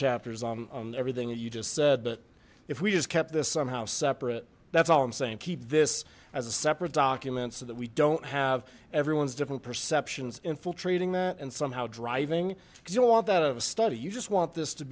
chapters on everything that you just said but if we just kept this somehow separate that's all i'm saying keep this as a separate document so that we don't have everyone's different perceptions infiltrating that and somehow driving because you don't want that out of a study you just want this to